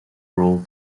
role